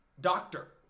doctor